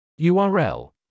URL